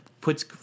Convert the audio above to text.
puts